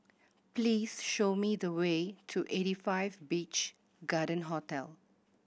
please show me the way to Eighty Five Beach Garden Hotel